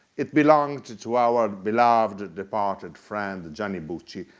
it belonged to to our beloved departed friend gianni bucci,